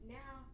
now